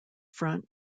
front